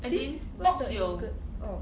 you see must oh